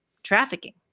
Trafficking